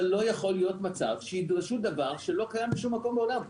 אבל לא יכול להיות מצב שידרשו דבר שלא קיים בשום מקום בעולם.